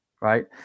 right